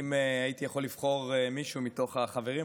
אם הייתי יכול לבחור מישהו מתוך החברים,